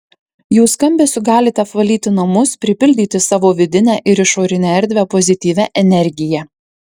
jų skambesiu galite apvalyti namus pripildyti savo vidinę ir išorinę erdvę pozityvia energija